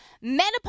Menopause